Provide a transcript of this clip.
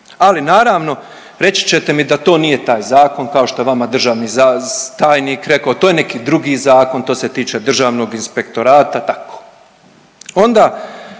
Ali naravno reći ćete mi da to nije taj zakon kao što je vama državni tajnik rekao, to je neki drugi zakon, to se tiče Državnog inspektorata tako.